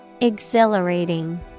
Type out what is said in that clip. Exhilarating